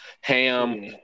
ham